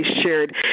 shared